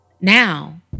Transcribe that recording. now